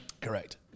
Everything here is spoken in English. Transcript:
Correct